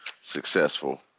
successful